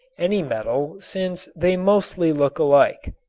any metal since they mostly look alike,